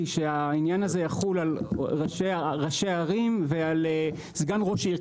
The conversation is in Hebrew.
שהעניין הזה יחול על ראשי ערים וסגן ראש העיר,